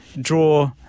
draw